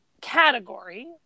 category